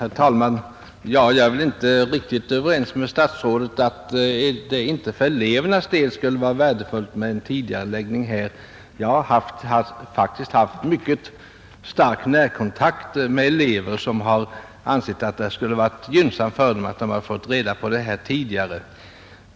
Herr talman! Jag är väl inte riktigt överens med statsrådet om att det inte för elevernas del skulle vara värdefullt med en tidigareläggning. Jag har haft mycket stark närkontakt med elever, som ansett att det skulle ha varit gynnsamt för dem, om de fått reda på saken tidigare.